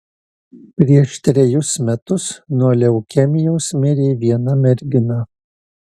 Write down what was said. prieš trejus metus nuo leukemijos mirė viena mergina